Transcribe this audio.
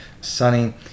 sunny